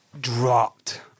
dropped